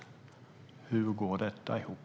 Hur går detta ihop?